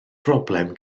broblem